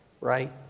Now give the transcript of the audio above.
right